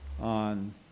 on